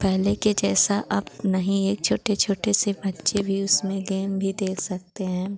पहले के जैसा अब नहीं है ये छोटे छोटे से बच्चे भी उसमें गेम भी देख सकते हैं